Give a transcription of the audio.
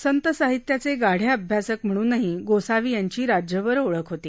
संत साहित्याचे गाढे अभ्यासक म्हणूनही गोसावी यांची राज्यभर ओळख होती